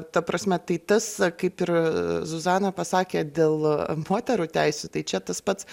ta prasme tai tas kaip ir zuzana pasakė dėl moterų teisių tai čia tas pats